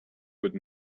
would